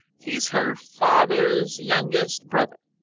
he's her father's youngest brother,